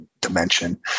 dimension